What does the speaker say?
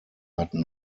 hatten